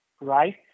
Right